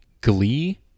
glee